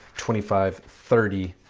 twenty five, thirty,